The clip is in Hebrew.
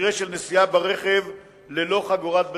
במקרה של נסיעה ברכב ללא חגורת בטיחות,